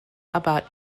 about